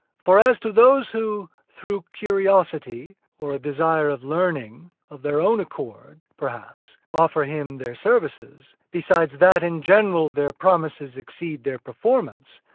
for as to those who, through curiosity or a desire of learning, of their own accord, perhaps, offer him their services, besides that in general their promises exceed their performance,